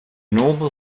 normal